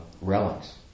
relics